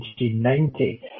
1990